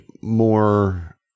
more